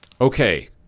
Okay